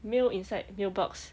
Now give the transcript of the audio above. mail inside mailbox